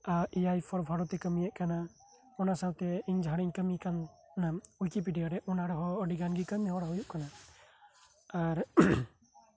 ᱟᱨ ᱮ ᱟᱭ ᱯᱷᱳᱨ ᱵᱷᱟᱨᱚᱛᱮᱭ ᱠᱟᱹᱢᱤᱭᱮᱫ ᱠᱟᱱᱟ ᱚᱱᱟ ᱥᱟᱶᱛᱮ ᱤᱧ ᱡᱟᱦᱟᱸᱨᱤᱧ ᱠᱟᱹᱢᱤ ᱠᱟᱱ ᱚᱱᱟ ᱳᱭᱤᱠᱤᱯᱮᱰᱤᱭᱟ ᱨᱮ ᱚᱱᱟ ᱨᱮᱦᱚᱸ ᱟᱹᱰᱚ ᱰᱷᱮᱹᱨ ᱜᱮ ᱠᱟᱹᱢᱤ ᱦᱚᱨᱟ ᱦᱩᱭᱩᱜ ᱠᱟᱱᱟ ᱟᱨ